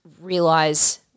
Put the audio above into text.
realize